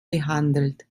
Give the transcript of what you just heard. behandelt